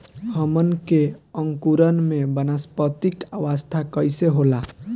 हमन के अंकुरण में वानस्पतिक अवस्था कइसे होला?